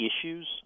issues